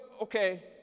okay